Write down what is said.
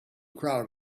crowd